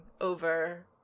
over